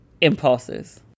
impulses